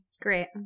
Great